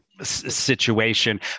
situation